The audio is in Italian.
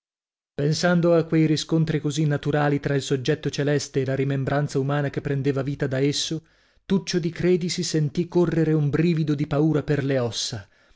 pensando a quei riscontri così naturali tra il soggetto celeste e la rimembranza umana che prendeva vita da esso tuccio di credi si sentì correre un brivido di paura per le ossa